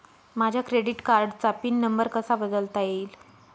माझ्या क्रेडिट कार्डचा pin number कसा बदलता येईल?